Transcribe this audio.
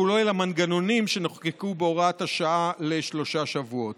כולל המנגנונים שנחקקו בהוראת השעה לשלושה שבועות.